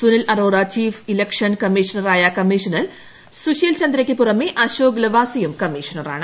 Sunil Arora chief election കമ്മീഷണറായ കമ്മീഷനിൽ സുശീൽ ചന്ദ്രയ്ക്കു പുറമെ അശോക് ലവാസയും കമ്മീഷണറാണ്